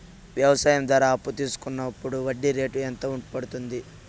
వ్యవసాయం ద్వారా అప్పు తీసుకున్నప్పుడు వడ్డీ రేటు ఎంత పడ్తుంది